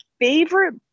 favorite